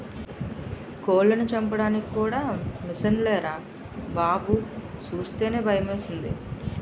కోళ్లను చంపడానికి కూడా మిసన్లేరా బాబూ సూస్తేనే భయమేసింది